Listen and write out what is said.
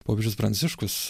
popiežius pranciškus